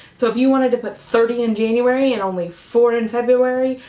so if you wanted to put thirty in january and only four in february,